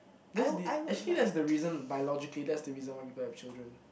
that's the actually that's the reason biologically that's the reason why people have children